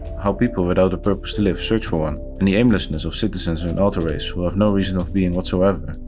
how people without a purpose to live search for one, and the aimlessness of citizens and autoreivs who have no reason of being whatsoever.